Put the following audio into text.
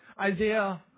Isaiah